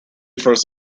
first